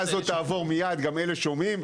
הפנייה הזו תעבור מיד וגם הם שומעים,